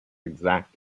exact